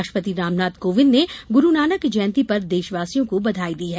राष्ट्रपति रामनाथ कोविंद ने गुरूनानक जयंती पर देशवासियों को बधाई दी है